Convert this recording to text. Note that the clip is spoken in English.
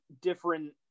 different